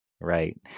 Right